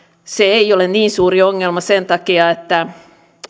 se ei ole niin suuri ongelma sen takia että